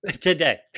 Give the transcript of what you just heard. Today